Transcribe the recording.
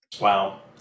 wow